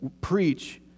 preach